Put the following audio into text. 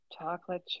Chocolate